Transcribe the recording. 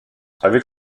avec